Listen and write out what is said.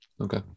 Okay